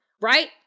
right